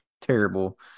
terrible